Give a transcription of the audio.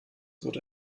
wurde